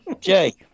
Jay